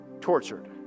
tortured